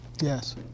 Yes